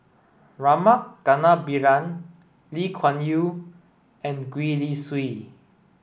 Rama Kannabiran Lee Kuan Yew and Gwee Li Sui